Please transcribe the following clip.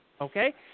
Okay